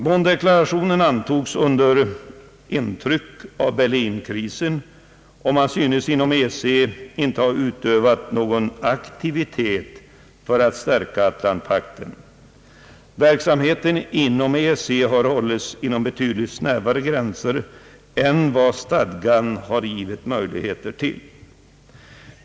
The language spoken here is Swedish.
Bonn-deklarationen antogs under intryck av Berlin-krisen, och man synes inom EEC inte ha utövat någon aktivitet för att stärka Atlantpakten. Verksamheten inom EEC har hållits inom betydligt snävare gränser än vad stadgan har givit möjligheter till.